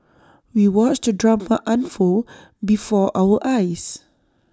we watched the drama unfold before our eyes